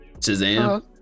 Shazam